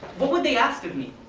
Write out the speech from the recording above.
what would they ask of me?